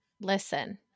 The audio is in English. Listen